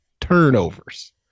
turnovers